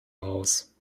aus